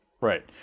Right